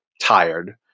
tired